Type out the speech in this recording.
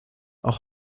auch